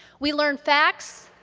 we learn facts,